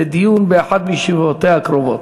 לדיון באחת מישיבותיה הקרובות.